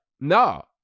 no